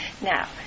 Now